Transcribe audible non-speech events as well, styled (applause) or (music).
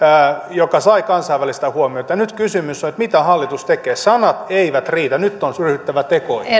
joka sai kansainvälistä huomiota nyt kysymys on että mitä hallitus tekee sanat eivät riitä nyt on ryhdyttävä tekoihin (unintelligible)